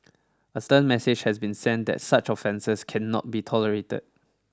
a stern message has been sent that such offences cannot be tolerated